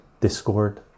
discord